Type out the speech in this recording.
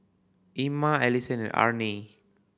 Ima Allison and Arnie